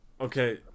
Okay